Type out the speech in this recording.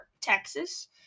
Texas